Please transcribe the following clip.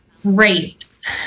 grapes